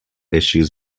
issues